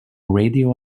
radio